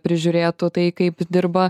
prižiūrėtų tai kaip dirba